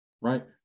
Right